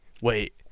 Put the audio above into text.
wait